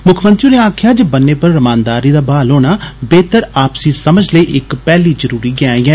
मुक्खमंत्री होरें आक्खेआ जे बन्ने पर रमानदारी दा बहाल होना बेहतर आपसी समझ लेई इक पैहली जरुरी गैं ऐ